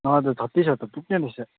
हजुर छत्तिसहरू त पुग्ने रहेछ